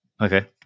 Okay